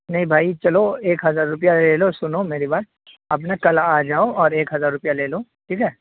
نہیں بھائی چلو ایک ہزار روپیہ لے لو سنو میری بات آپ نا کل آ جاؤ اور ایک ہزار روپیہ لے لو ٹھیک ہے